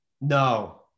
No